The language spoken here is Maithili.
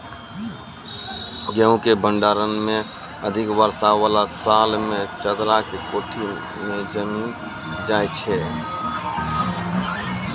गेहूँ के भंडारण मे अधिक वर्षा वाला साल मे चदरा के कोठी मे जमीन जाय छैय?